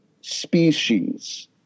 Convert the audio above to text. species